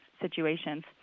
situations